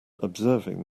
observing